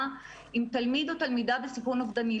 עם תלמיד או תלמידה בסיכון אובדני.